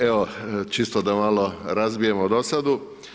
Evo, čisto da malo razbijemo dosadu.